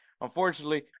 unfortunately